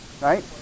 right